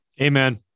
Amen